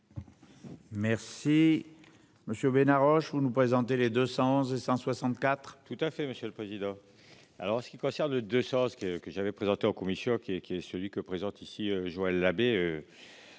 Merci. Monsieur Bena Roche vous nous présenter les 200 et 164. Tout à fait monsieur le président. Alors ce qui concerne de choses que que j'avais présenté en commission qui est, qui est celui que présente ici Joël Labbé.